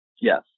yes